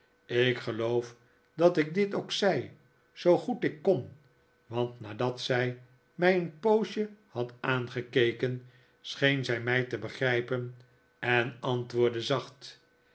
ik geloof dat ik dit ook zei zoo goed ik kon want nadat zij mij een poosje had aangekeken scheen zij mij te begrijpen en antwoordde zacht